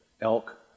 elk